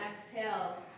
exhales